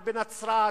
בנצרת,